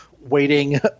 waiting